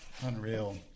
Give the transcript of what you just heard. unreal